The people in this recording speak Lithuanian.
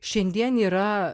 šiandien yra